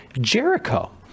Jericho